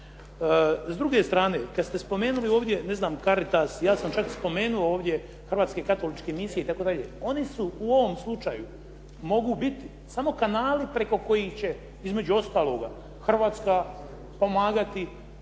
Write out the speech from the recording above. S druge strane, kad ste spomenuli ovdje ne znam Caritas, ja sam čak spomenuo ovdje hrvatske katoličke misije itd. Oni su u ovom slučaju, mogu biti samo kanali preko kojih će, između ostaloga, Hrvatska pomagati svijetu i onima